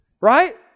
Right